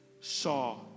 saw